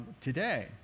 today